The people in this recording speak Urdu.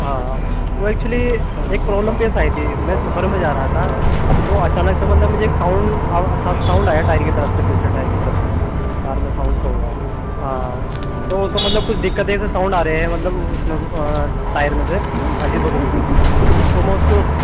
ہاں ہاں ہاں وہ ایکچولی ایک پرابلم پیش آئی تھی میں سفر میں جا رہا تھا تو اچانک سے مطلب مجھے ایک ساؤنڈ آواز ساؤنڈ آیا ٹایر کی طرف سے پچھلے ٹایر کی طرف سے کار میں ساؤنڈ سا ہُوا تو اُس کو مطلب کچھ دقت ایسے ساؤنڈ آرہے ہیں اُس میں مطلب اُس میں ٹایر میں سے عجیب و غریب ہی تو میں اُس کو